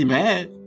mad